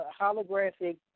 holographic